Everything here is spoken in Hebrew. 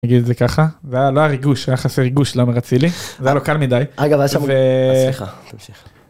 נגיד את זה ככה. לא היה ריגוש, היה חסר ריגוש לעומר אצילי, זה היה לו קל מדי. אגב היה שם... אהה, סליחה, תמשיך.